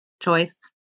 choice